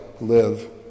live